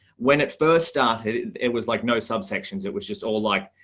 when it first started, it was like, no subsections it was just all like,